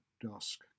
Dusk